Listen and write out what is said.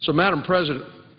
so madam president,